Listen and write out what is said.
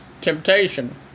temptation